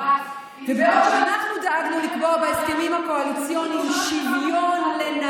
רצון ברור שאני שומעת כאן, בכנסת, לשוב ולשלוט